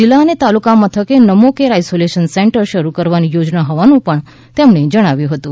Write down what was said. જિલ્લા અને તાલુકા મથકે નમો કેર આઈસોલેશન સેંટરે શરૂ કરવાની યોજના હોવાનું પણ તેમણે જણાવ્યુ હતું